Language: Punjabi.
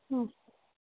ਹਮ